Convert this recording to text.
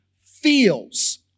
feels